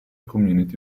community